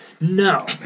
no